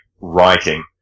writing